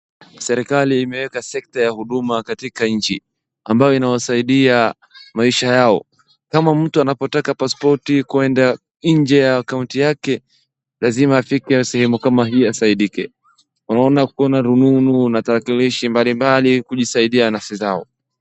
Serikali imeweka sekta ya huduma katika nchi ambayo inawasaidia maisha yao. Kama mtu anapotaka pasipoti kuenda nje ya kaunti yake lazima afike sehemu kama hii asaidike. Unaona kuna rununu na tarakilishi mbalimbali kujisaidia nafsi zao.